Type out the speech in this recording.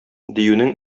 диюнең